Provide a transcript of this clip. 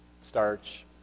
starch